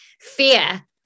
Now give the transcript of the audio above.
fear